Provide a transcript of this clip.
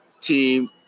team